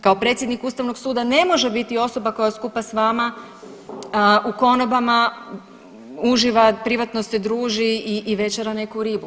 Kao predsjednik Ustavnog suda ne može biti osoba koja skupa s vama u konobama uživa, privatno se druži i večera neku ribu.